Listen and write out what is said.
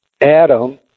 Adam